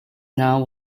now